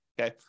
Okay